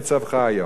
ואני מדלג,